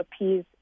appease